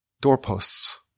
doorposts